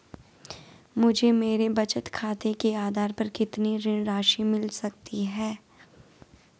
मुझे मेरे बचत खाते के आधार पर कितनी ऋण राशि मिल सकती है?